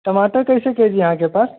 अच्छा टमाटर कइसे के जी हइ अहाँके पास